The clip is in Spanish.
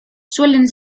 suelen